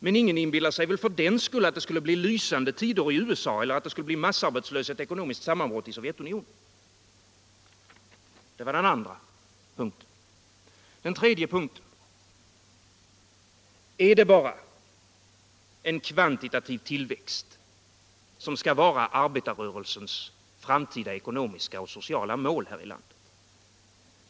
Men ingen inbillar sig väl för den skull att det skulle bli lysande tider i USA eller att det skulle bli massarbetslöshet och ekonomiskt sammanbrott i Sovjetunio Det var den andra punkten. Den tredje är denna: Är det bara en kvantitativ tillväxt som skall vara arbetarrörelsens framtida ekonomiska och sociala mål här i landet?